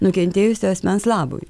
nukentėjusio asmens labui